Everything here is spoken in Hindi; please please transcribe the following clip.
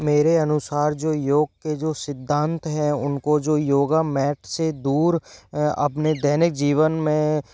मेरे अनुसार जो योग के जो सिद्धांत हैं उनको जो योगा मैट से दूर अपने दैनिक जीवन में